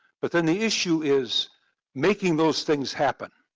but then the issue is making those things happen.